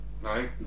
Right